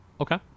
Okay